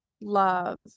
love